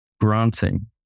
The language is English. granting